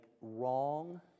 wrong